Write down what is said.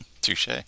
Touche